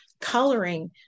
coloring